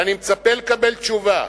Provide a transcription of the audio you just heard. ואני מצפה לקבל תשובה,